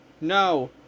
No